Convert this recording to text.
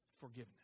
forgiveness